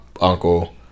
uncle